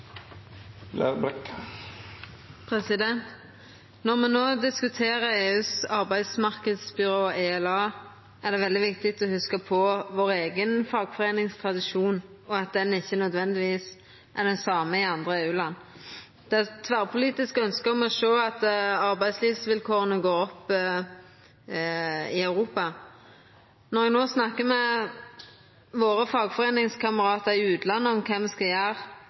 det veldig viktig å hugsa på vår eigen fagforeiningstradisjon, og at den ikkje nødvendigvis er den same i andre EU-land. Det er tverrpolitisk ønske om å sjå at arbeidslivsvilkåra vert betre i Europa. Når me no snakkar med våre fagforeiningskameratar i utlandet om kva me skal